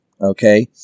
Okay